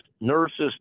nurses